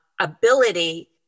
ability